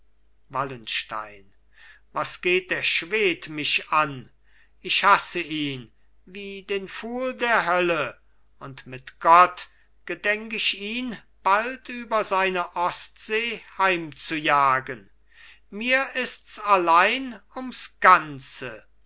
wallenstein was geht der schwed mich an ich haß ihn wie den pfuhl der hölle und mit gott gedenk ich ihn bald über seine ostsee heimzujagen mir ists allein ums ganze